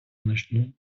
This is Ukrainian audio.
значну